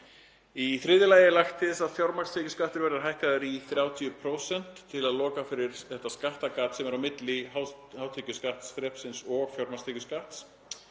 Í þriðja lagi er lagt til að fjármagnstekjuskattur verði hækkaður í 30% til að loka fyrir þetta skattagat sem er á milli hátekjuskattsþrepsins og fjármagnstekjuskatts.